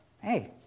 Hey